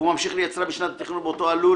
והוא ממשיך לייצרה בשנת התכנון באותו הלול